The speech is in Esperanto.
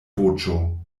voĉo